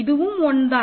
இதுவும் 1 தான்